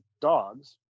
dogs